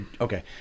okay